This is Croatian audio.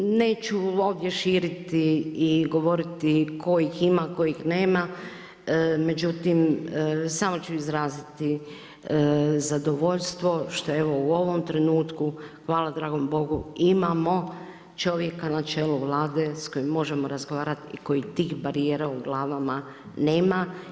Neću ovdje širiti i govoriti tko ih ima, tko ih nema, međutim, samo ću izraziti zadovoljstvo, što evo u ovom trenutku, hvala dragom Bogu imamo čovjeka na čelu Vlade s kojim možemo razrovati i koji tih barijera u glavama nema.